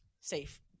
safe